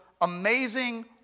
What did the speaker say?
amazing